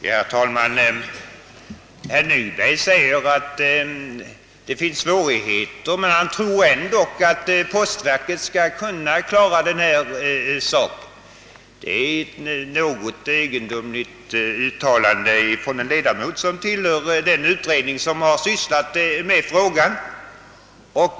Herr talman! Herr Nyberg säger att svårigheter föreligger men att han ändå tror att postverket skall kunna klara denna sak. Det är ett ganska egendomligt uttalande från en ledamot som tillhör den utredning som sysslat med frågan.